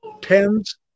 tens